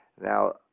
Now